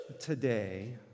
Today